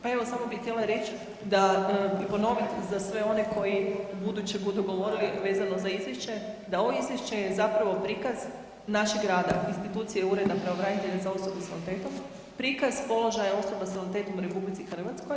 Pa evo samo bi htjela reć da i ponovit za sve one koji ubuduće budu govorili vezano za izvješće, da ovo izvješće je zapravo prikaz našeg rada, institucije Ureda pravobranitelja za osobe s invaliditetom, prikaz položaja osoba s invaliditetom u RH.